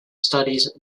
studies